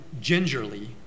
gingerly